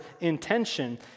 intention